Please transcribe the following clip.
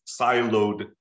siloed